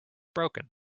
broken